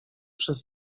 przez